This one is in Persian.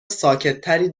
ساکتتری